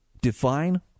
Define